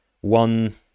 one